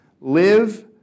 Live